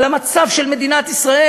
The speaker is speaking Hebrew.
על המצב של מדינת ישראל,